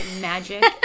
Magic